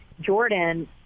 Jordan